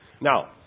Now